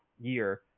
year